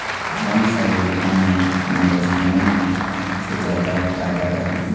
कोन सा योजना मे इन्वेस्टमेंट से जादा फायदा रही?